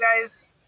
guys